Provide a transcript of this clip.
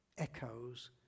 echoes